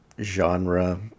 genre